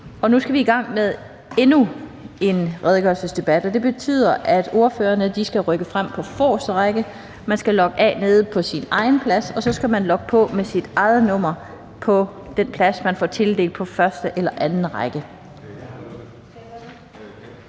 Nu skal vi i gang med endnu en redegørelsesdebat, og det betyder, at ordførerne skal rykke frem på de forreste rækker. Man skal logge af på sin egen plads, og så skal man logge på med sit eget nummer på den plads, man får tildelt på første eller anden række.